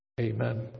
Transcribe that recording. Amen